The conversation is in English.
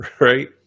right